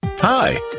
Hi